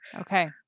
Okay